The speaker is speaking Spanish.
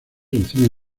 reciben